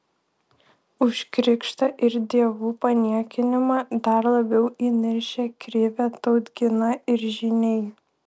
už krikštą ir dievų paniekinimą dar labiau įniršę krivė tautgina ir žyniai